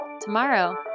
tomorrow